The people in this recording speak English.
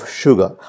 sugar